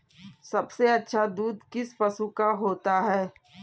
सबसे अच्छा दूध किस पशु का होता है?